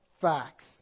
facts